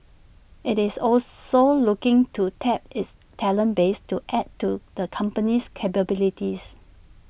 IT is also looking to tap its talent base to add to the company's capabilities